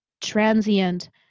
transient